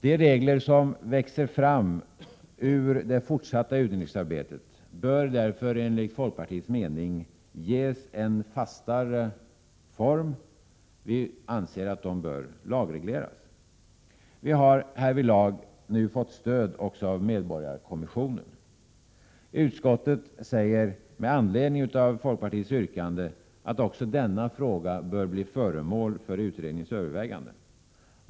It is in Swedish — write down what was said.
De regler som växer fram ur det fortsatta utredningsarbetet bör därför enligt folkpartiets mening ges en fastare form. Vi anser att de bör lagregleras. Vi har härvidlag nu fått stöd av medborgarkommissionen. Utskottet säger med anledning av folkpartiets yrkande att också denna fråga bör bli föremål för utredningens överväganden.